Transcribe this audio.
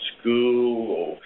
school